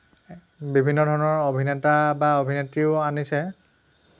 বিভিন্ন ধৰণৰ অভিনেতা বা অভিনেত্ৰীও আনিছে